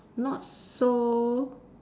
not so